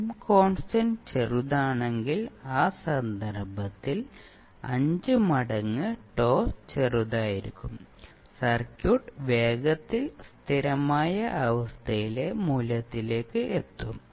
time constant ചെറുതാണെങ്കിൽ ആ സന്ദർഭത്തിൽ 5 മടങ്ങ് τ ചെറുതായിരിക്കും സർക്യൂട്ട് വേഗത്തിൽ സ്ഥിരമായ അവസ്ഥയിലെ മൂല്യത്തിലേക്ക് എത്തും